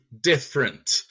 different